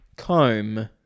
Comb